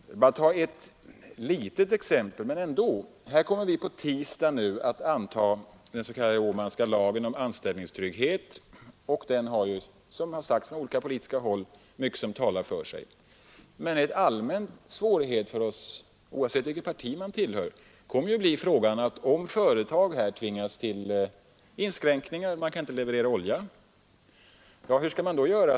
Jag kan bara ta ett litet exempel: På tisdag kommer vi att anta den s.k. Åmanska lagen om anställningstrygghet, och som det har sagts från olika politiska håll har den mycket som talar för sig. Men en allmän fråga, oavsett vilket parti man tillhör, kommer att bli: Hur skall man göra om ett företag tvingas till inskränkningar på grund av oljebristen?